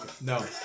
No